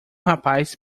rapaz